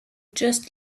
just